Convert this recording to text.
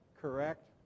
correct